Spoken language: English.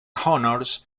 honors